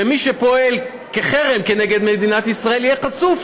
ומי שפועל לחרם כנגד מדינת ישראל יהיה חשוף